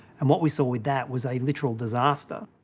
and what we saw with that was a literal disaster.